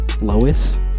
Lois